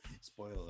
spoiler